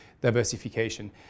diversification